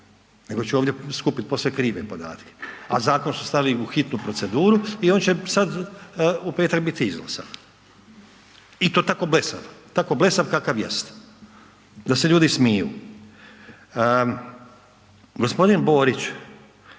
nego će ovdje skupit posve krive podatke a zakon su stavili u hitnu proceduru i on će sad u petak biti izglasan i to tako blesav, tako blesav kakav jest, da se ljudi smiju. G. Borić